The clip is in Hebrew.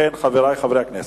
חברי חברי הכנסת,